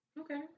Okay